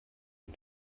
und